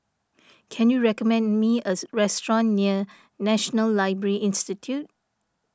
can you recommend me a restaurant near National Library Institute